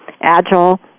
agile